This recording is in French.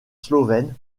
slovène